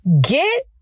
Get